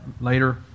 later